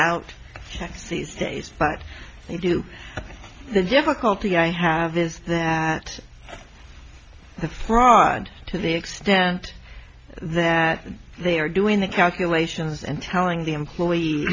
they do the difficulty i have this at the fraud to the extent that they are doing the calculations and telling the employees